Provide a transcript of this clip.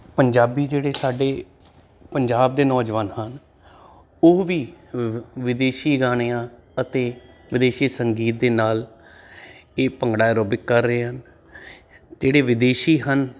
ਪੰਜਾਬੀ ਜਿਹੜੇ ਸਾਡੇ ਪੰਜਾਬ ਦੇ ਨੌਜਵਾਨ ਹਨ ਉਹ ਵੀ ਵਿਦੇਸ਼ੀ ਗਾਣਿਆਂ ਅਤੇ ਵਿਦੇਸ਼ੀ ਸੰਗੀਤ ਦੇ ਨਾਲ ਇਹ ਭੰਗੜਾ ਐਰੋਬਿਕ ਕਰ ਰਹੇ ਹਨ ਜਿਹੜੇ ਵਿਦੇਸ਼ੀ ਹਨ